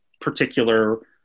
particular